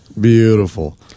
Beautiful